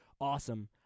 awesome